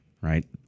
right